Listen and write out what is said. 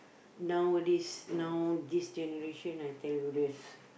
nowadays now this generation I tell you there's